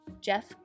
Jeff